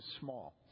small